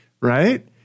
Right